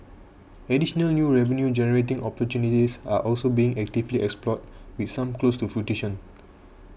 additional new revenue generating opportunities are also being actively explored with some close to fruition